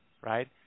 right